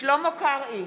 שלמה קרעי,